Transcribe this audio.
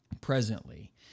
presently